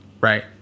right